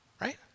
right